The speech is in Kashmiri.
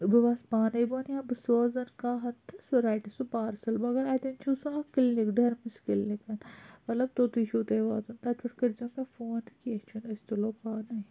بہٕ وَس پانَے بۄن یا بہٕ سوزَن کانٛہہ تہٕ سُہ رَٹہِ سُہ پارسَل مگر اَتؠن چھُو سُہ اَکھ کِلنِک ڈٔرمس کِلنِک مَطلَب توٚتُے چھُو تۄہہِ واتُن تَتہِ پؠٹھ کٔرزیٚو مےٚ فون تہٕ کیٚنٛہہ چھُنہٕ أسۍ تُلو پانَے